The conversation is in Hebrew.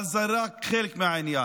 אבל זה רק חלק מהעניין.